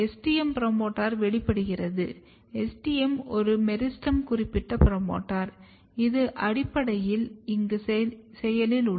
STM promoter வெளிப்பாடுகிறது STM ஒரு meristem குறிப்பிட்ட புரோமோட்டார் இது அடிப்படையில் இங்கு செயலில் உள்ளது